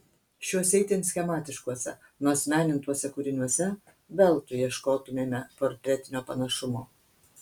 šiuose itin schemiškuose nuasmenintuose kūriniuose veltui ieškotumėme portretinio panašumo